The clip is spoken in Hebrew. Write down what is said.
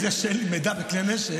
זה שאין לי מידע בכלי נשק,